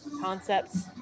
concepts